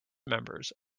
members